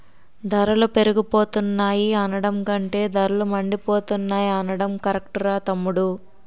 ధరలు పెరిగిపోతున్నాయి అనడం కంటే ధరలు మండిపోతున్నాయ్ అనడం కరెక్టురా తమ్ముడూ